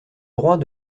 droit